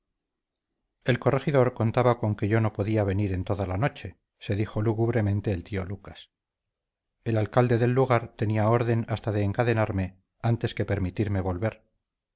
el corregidor contaba con que yo no podría venir en toda la noche se dijo lúgubremente el alcalde del lugar tendría orden hasta de encadenarme antes que permitirme volver